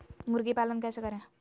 मुर्गी पालन कैसे करें?